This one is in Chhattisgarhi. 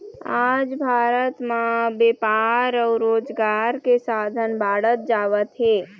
आज भारत म बेपार अउ रोजगार के साधन बाढ़त जावत हे